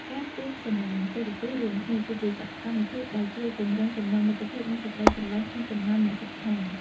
ការទស្សនាទូរទស្សន៍រួមគ្នា គឺជាសកម្មភាពដែលជួយពង្រឹងចំណងមិត្តភាពនិងសេចក្តីស្រឡាញ់ក្នុងចំណោមអ្នកជិតខាង។